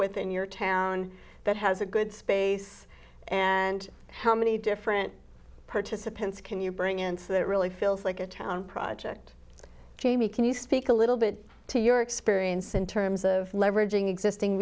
with in your town that has a good space and how many different participants can you bring in so that it really feels like a town project jamie can you speak a little bit to your experience in terms of leveraging existing